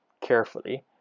carefully